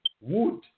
Wood